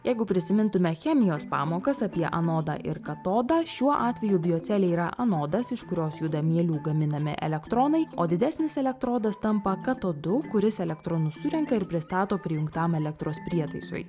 jeigu prisimintume chemijos pamokas apie anodą ir katodą šiuo atveju biocelė yra anodas iš kurios juda mielių gaminami elektronai o didesnis elektrodas tampa katodu kuris elektronus surenka ir pristato prijungtam elektros prietaisui